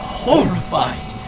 horrified